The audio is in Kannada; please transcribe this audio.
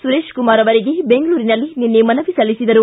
ಸುರೇಶ್ ಕುಮಾರ್ ಅವರಿಗೆ ಬೆಂಗಳೂರಿನಲ್ಲಿ ನಿನ್ನೆ ಮನವಿ ಸಲ್ಲಿಸಿದರು